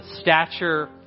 stature